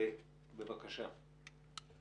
יעל, בבקשה.